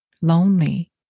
lonely